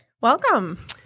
Welcome